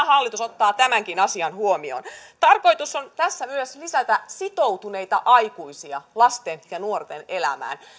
hallitus ottaa tämänkin asian huomioon tarkoitus on tässä myös lisätä sitoutuneita aikuisia lasten ja nuorten elämään